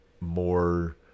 more